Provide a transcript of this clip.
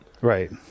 right